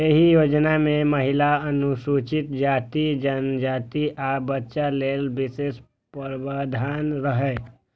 एहि योजना मे महिला, अनुसूचित जाति, जनजाति, आ बच्चा लेल विशेष प्रावधान रहै